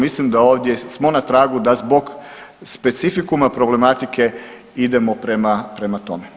Mislim da ovdje smo na tragu da zbog specifikuma problematike idemo prema, prema tome.